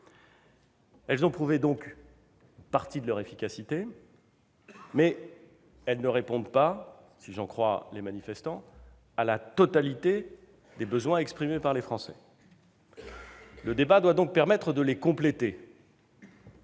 Elles ont prouvé, donc, une partie de leur efficacité, mais elles ne répondent pas, si j'en crois les manifestants, à la totalité des besoins exprimés par les Français. Le débat doit donc permettre de les compléter,